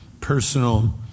personal